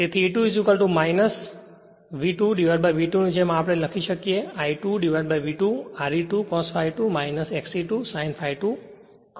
તેથી E 2 V2V2 ની જેમ તે જ રીતે આપણે I2V2 R e 2 cos ∅ 2 X e 2 sin ∅ 2 કરીશું